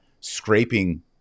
scraping